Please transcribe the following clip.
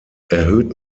erhöht